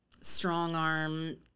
strong-arm